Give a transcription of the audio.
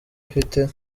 afite